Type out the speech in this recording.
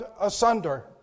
asunder